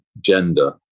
gender